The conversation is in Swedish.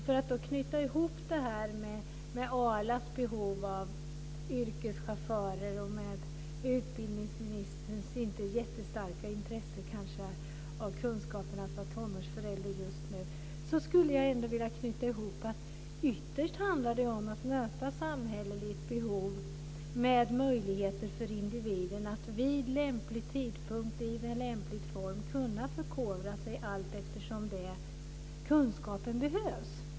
För att knyta ihop Arlas behov av yrkeschaufförer med utbildningsministerns kanske inte jättestarka intresse för kunskaper när det gäller att vara tonårsförälder just nu skulle jag vilja säga att det ytterst handlar om att möta samhälleliga behov med möjligheter för individen att vid lämplig tidpunkt i lämplig form kunna förkovra sig allteftersom kunskapen behövs.